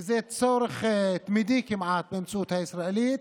זה צורך תמידי כמעט במציאות הישראלית,